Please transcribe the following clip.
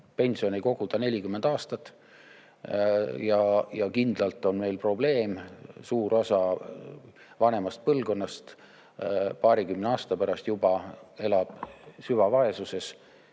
pensioni koguda 40 aastat. Ja kindlalt on meil probleem, et suur osa vanemast põlvkonnast paarikümne aasta pärast juba elab süvavaesuses.